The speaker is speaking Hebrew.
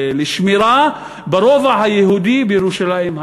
לשמירה ברובע היהודי בירושלים העתיקה.